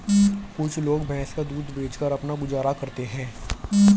कुछ लोग भैंस का दूध बेचकर अपना गुजारा करते हैं